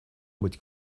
быть